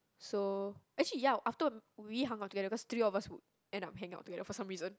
so actually ya after we hung out together because three of us would end up hang out together for some reason